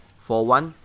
for one,